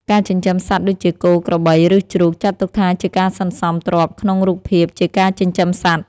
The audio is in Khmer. ការចិញ្ចឹមសត្វដូចជា គោ ក្របី ឬជ្រូក ចាត់ទុកថាជាការសន្សំទ្រព្យក្នុងរូបភាពជាការចិញ្ចឹមសត្វ។